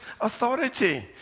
authority